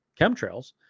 chemtrails